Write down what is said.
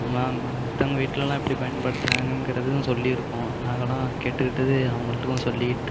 நம்மலாம் மற்றவங்க வீட்டுலலாம் எப்படி பயன்படுத்துறாங்கங்கிறதும் சொல்லியிருக்கோம் நாங்களாம் கேட்டுக்கிட்டதே அவங்கள்கிட்டயும் சொல்லிவிட்டு